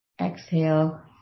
Exhale